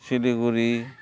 Siliguri